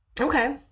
Okay